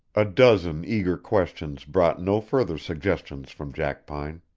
a dozen eager questions brought no further suggestions from jackpine.